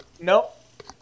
Nope